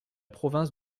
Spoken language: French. province